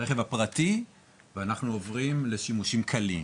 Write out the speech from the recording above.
הרכב הפרטי ואנחנו עוברים לשימושים "קלים".